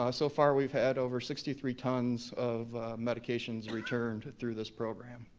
ah so far we've had over sixty three tons of medications returned through this program.